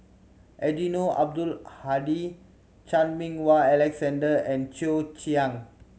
Eddino Abdul Hadi Chan Meng Wah Alexander and Cheo Chiang